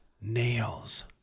Nails